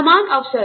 समान अवसर